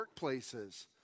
workplaces